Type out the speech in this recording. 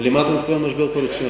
למה אתה מתכוון משבר קואליציוני?